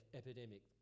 epidemic